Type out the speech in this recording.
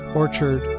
orchard